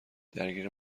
درگیر